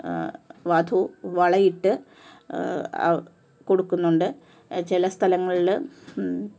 വധു വളയിട്ട് കൊടുക്കുന്നുണ്ട് ചില സ്ഥലങ്ങളിൽ